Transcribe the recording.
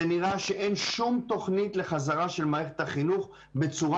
זה נראה שאין שום תוכנית לחזרה של מערכת החינוך בצורה